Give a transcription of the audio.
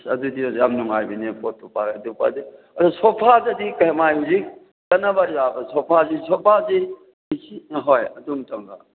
ꯑꯁ ꯑꯗꯨꯗꯤ ꯑꯣꯖꯥ ꯅꯨꯡꯉꯥꯏꯕꯅꯦ ꯄꯣꯠꯇꯣ ꯐꯔꯦ ꯑꯗꯨ ꯈ꯭ꯋꯥꯏꯗꯒꯤ ꯑꯗꯨ ꯁꯣꯐꯥꯗꯒꯤ ꯍꯧꯖꯤꯛ ꯆꯠꯅꯕ ꯌꯥꯕ ꯁꯣꯐꯥꯁꯤ ꯍꯣꯏ ꯑꯗꯨ ꯑꯃꯇꯪꯒ